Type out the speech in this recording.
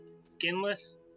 skinless